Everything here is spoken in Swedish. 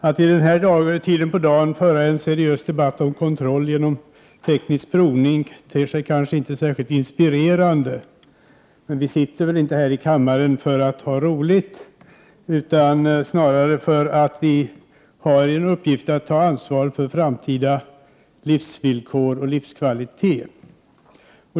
Att vid denna tid på dagen föra en seriös debatt om kontroll genom teknisk provning ter sig inte särskilt inspirerande, men vi sitter väl inte här i kammaren för att ha roligt, utan snarare för att vi har till uppgift att ta ansvar för framtida livsvillkor och livskvalitet.